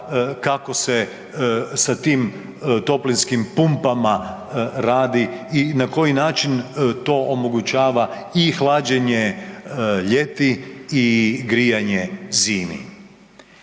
kako se sa tim toplinskim pumpama radi i na koji način to omogućava i hlađenje ljeti i grijanje zimi.